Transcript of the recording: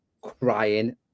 crying